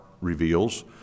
reveals